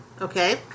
Okay